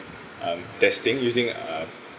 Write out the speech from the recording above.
um testing using um